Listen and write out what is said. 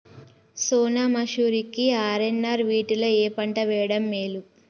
సోనా మాషురి కి ఆర్.ఎన్.ఆర్ వీటిలో ఏ పంట వెయ్యడం మేలు?